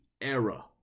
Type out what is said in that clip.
era